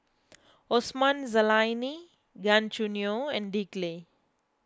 Osman Zailani Gan Choo Neo and Dick Lee